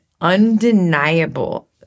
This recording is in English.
undeniable